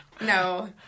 No